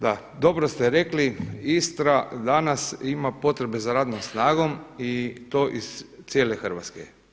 Da, dobro ste rekli Istra danas ima potrebe za radnom snagom i to iz cijele Hrvatske.